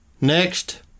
next